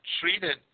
treated